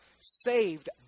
saved